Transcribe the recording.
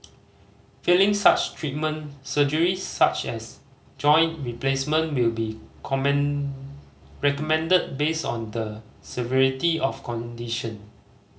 failing such treatment surgery such as joint replacement will be common recommended based on the severity of condition